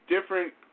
different